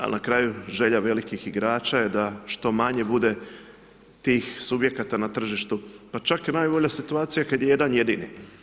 Ali na kraju želja velikih igrača je da što manje bude tih subjekata na tržištu, pa čak najbolja situacija je kada je jedan jedini.